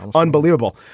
um unbelievable.